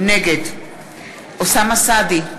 נגד אוסאמה סעדי,